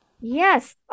Yes